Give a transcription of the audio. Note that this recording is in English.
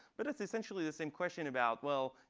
but it's essentially the same question about, well,